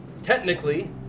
Technically